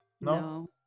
No